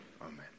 Amen